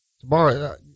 tomorrow